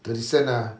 thirty cent ah